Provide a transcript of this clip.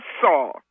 saw